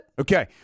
okay